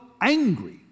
angry